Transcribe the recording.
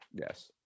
Yes